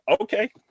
okay